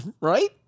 right